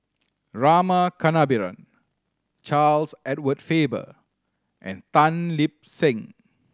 Rama Kannabiran Charles Edward Faber and Tan Lip Seng